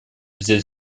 взять